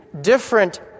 different